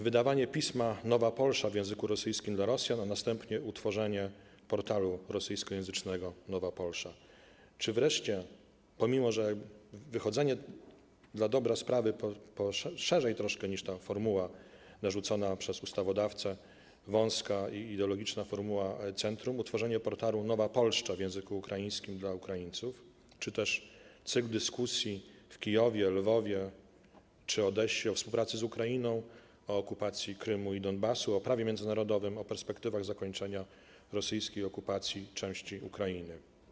Wydawane jest też pismo ˝Nowaja Polsza˝ w języku rosyjskim do Rosjan, a następnie utworzony został portal rosyjskojęzyczny Nowaja Polsza czy wreszcie, pomimo że wychodzi to dla dobra sprawy szerzej troszkę niż ta formuła narzucona przez ustawodawcę, wąska i ideologiczna formuła centrum, utworzony został portal Nowa Polszcza w języku ukraińskim dla Ukraińców, czy też mamy cykl dyskusji w Kijowie, Lwowie czy Odessie o współpracy z Ukrainą, o okupacji Krymu i Donbasu, o prawie międzynarodowym, o perspektywach zakończenia rosyjskiej okupacji części Ukrainy.